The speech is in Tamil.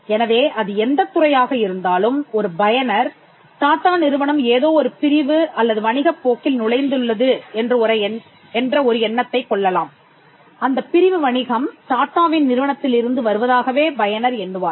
எனவே அது எந்தத் துறையாக இருந்தாலும் ஒரு பயனர் டாட்டா நிறுவனம் ஏதோ ஒரு பிரிவு அல்லது வணிகப் போக்கில் நுழைந்துள்ளது என்ற ஒரு எண்ணத்தைக் கொள்ளலாம் அந்தப் பிரிவு வணிகம் டாட்டாவின் நிறுவனத்திலிருந்து வருவதாகவே பயனர் எண்ணுவார்